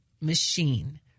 Machine